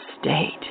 state